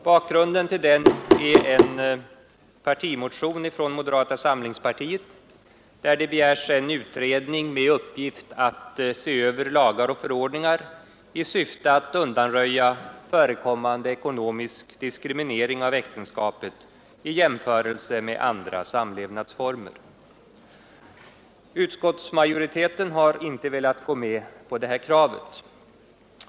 Bakgrunden till den är en partimotion från moderata samlingspartiet där det begärs en utredning med uppgift att se över lagar och förordningar i syfte att undanröja förekommande ekonomisk diskriminering av äktenskapet i jämförelse med andra samlevnadsformer. Utskottsmajoriteten har inte velat gå med på det här kravet.